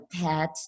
pet